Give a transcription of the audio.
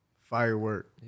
firework